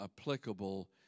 applicable